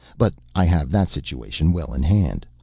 but i have that situation well in hand.